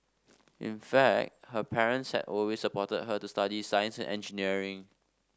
in fact her parents had always supported her to study science and engineering